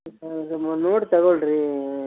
ನೋಡಿ ತಗೊಳ್ರೀ